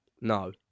No